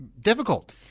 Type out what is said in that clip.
difficult